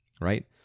Right